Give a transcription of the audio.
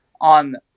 on